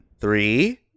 three